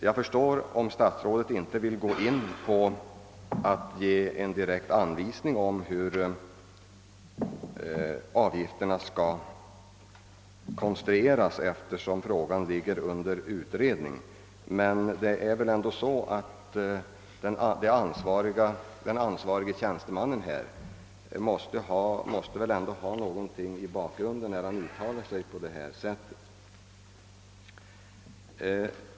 Jag förstår om statsrådet inte nu vill ge en direkt anvisning om hur avgifterna skall konstrueras, eftersom frågan ligger under utredning, men den ansvarige tjänstemannen måste väl ändå ha någon grund för sitt uttalande.